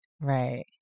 Right